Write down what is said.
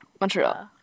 Montreal